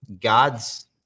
God's